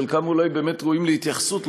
חלקם אולי ראויים להתייחסות,